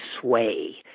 sway